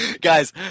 Guys